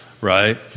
right